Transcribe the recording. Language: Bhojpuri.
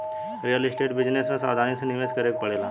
रियल स्टेट बिजनेस में सावधानी से निवेश करे के पड़ेला